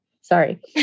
Sorry